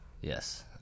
Yes